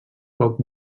poc